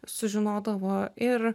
sužinodavo ir